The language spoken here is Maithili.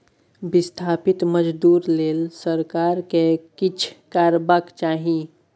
बिस्थापित मजदूर लेल सरकार केँ किछ करबाक चाही